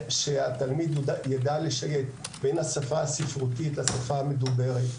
שהתלמיד יידע לשייט בין השפה הספרותית לשפה המדוברת.